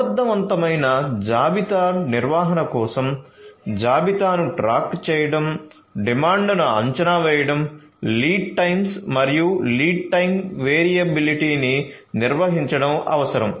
సమర్థవంతమైన జాబితా నిర్వహణ కోసం జాబితాను ట్రాక్ చేయడం డిమాండ్ను అంచనా వేయడం లీడ్ టైమ్స్ మరియు లీడ్ టైమ్ వేరియబిలిటీని నిర్వహించడం అవసరం